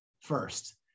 first